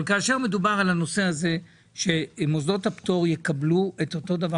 אבל כאשר מדובר על כך שמוסדות הפטור יקבלו אותו דבר